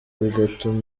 bigatuma